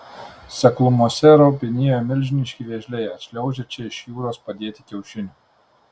seklumose ropinėjo milžiniški vėžliai atšliaužę čia iš jūros padėti kiaušinių